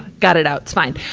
got it out. fine.